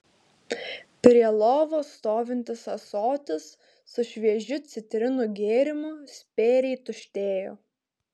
prie lovos stovintis ąsotis su šviežiu citrinų gėrimu spėriai tuštėjo